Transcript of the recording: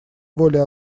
воле